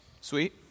Sweet